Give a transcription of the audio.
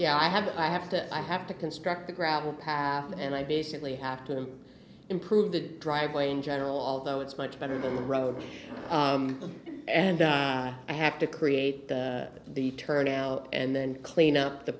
yeah i have i have to i have to construct the gravel path and i basically have to improve the driveway in general although it's much better than the road and i have to create the turnout and then clean up the